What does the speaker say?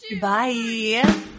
Bye